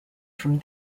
from